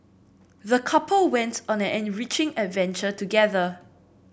the couple went on an enriching adventure together